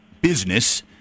business